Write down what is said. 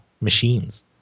machines